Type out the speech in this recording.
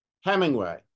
Hemingway